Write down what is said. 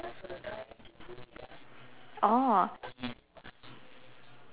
oh